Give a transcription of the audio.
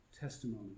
testimony